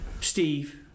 Steve